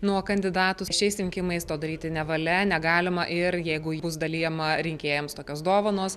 nuo kandidatų šiais rinkimais to daryti nevalia negalima ir jeigu bus dalijama rinkėjams tokios dovanos